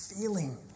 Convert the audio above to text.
feeling